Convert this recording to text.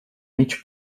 mig